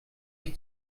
ich